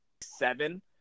seven